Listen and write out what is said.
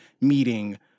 meeting